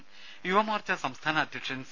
രെര യുവമോർച്ച സംസ്ഥാന അധ്യക്ഷൻ സി